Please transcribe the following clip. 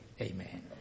Amen